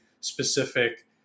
specific